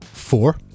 Four